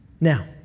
Now